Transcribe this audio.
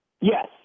Yes